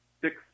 six